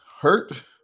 hurt